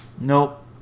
Nope